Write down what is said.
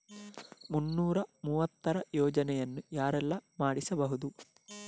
ಮುನ್ನೂರ ಮೂವತ್ತರ ಯೋಜನೆಯನ್ನು ಯಾರೆಲ್ಲ ಮಾಡಿಸಬಹುದು?